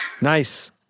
Nice